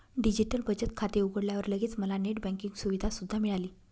digital बचत खाते उघडल्यावर लगेच मला नेट बँकिंग सुविधा सुद्धा मिळाली